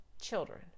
children